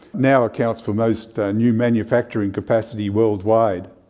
now accounts for most new manufacturing capacity worldwide.